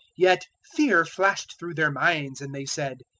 yet fear flashed through their minds and they said,